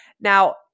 Now